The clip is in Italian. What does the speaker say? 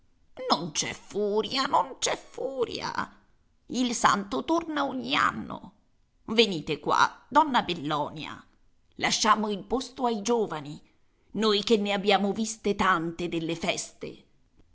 non c'è furia non c'è furia il santo torna ogni anno venite qua donna bellonia lasciamo il posto ai giovani noi che ne abbiamo viste tante delle feste